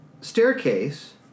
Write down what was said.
staircase